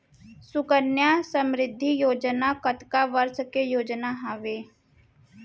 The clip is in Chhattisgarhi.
सुकन्या समृद्धि योजना कतना वर्ष के योजना हावे?